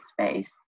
space